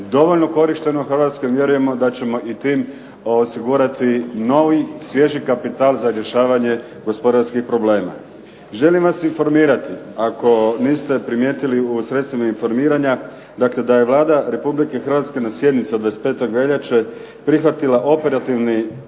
dovoljno korišten u Hrvatskoj. Vjerujemo da ćemo i tim osigurati novi, svježi kapital za rješavanje gospodarskih problema. Želim vas informirati, ako niste primijetili u sredstvima informiranja, dakle da je Vlada Republike Hrvatske na sjednici od 25. veljače prihvatila operativni